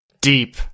Deep